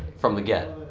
from the get?